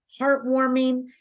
heartwarming